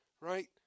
Right